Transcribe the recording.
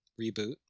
reboot